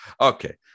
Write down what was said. okay